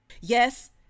Yes